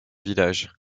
village